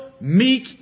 meek